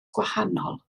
gwahanol